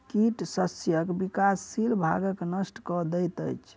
कीट शस्यक विकासशील भागक नष्ट कय दैत अछि